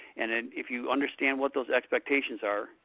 and and if you understand what those expectations are,